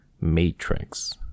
matrix